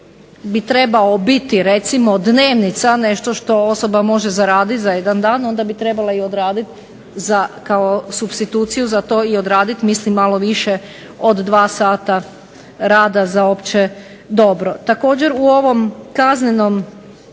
bi trebao biti dnevnica nešto što osoba može zaraditi za jedan dan, onda bi trebala i odraditi kao supstituciju za to i odraditi malo više od dva sata rada za opće dobro. Također u ovom dijelu